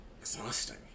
exhausting